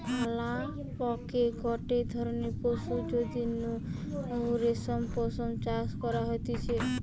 আলাপকে গটে ধরণের পশু যেটির নু রেশম পশম চাষ করা হতিছে